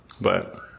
But-